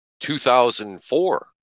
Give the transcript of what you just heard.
2004